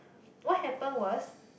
what happen was